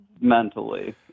mentally